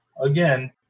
again